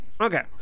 Okay